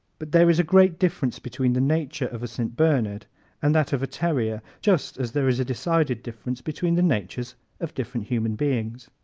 but there is a great difference between the nature of a st. bernard and that of a terrier, just as there is a decided difference between the natures of different human beings.